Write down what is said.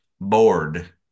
bored